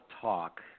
talk